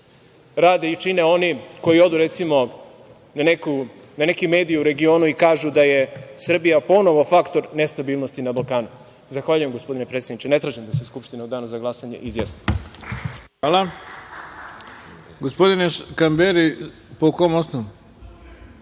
rade i čine oni koji odu, recimo, na neki medij u regionu i kažu da je Srbija ponovo faktor nestabilnosti na Balkanu? Zahvaljujem, gospodine predsedniče. Ne tražim da se Skupština u danu za glasanje izjasni. **Ivica Dačić** Hvala. Gospodine Kamberi, po kom osnovu?(Šaip